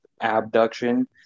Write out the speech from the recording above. abduction